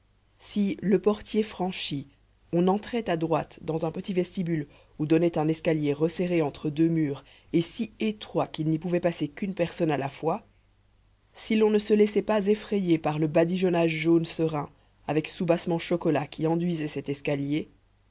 si le portier franchi on entrait à droite dans un petit vestibule où donnait un escalier resserré entre deux murs et si étroit qu'il n'y pouvait passer qu'une personne à la fois si l'on ne se laissait pas effrayer par le badigeonnage jaune serin avec soubassement chocolat qui enduisait cet escalier